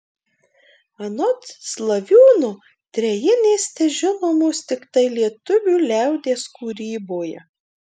anot slaviūno trejinės težinomos tiktai lietuvių liaudies kūryboje